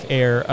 air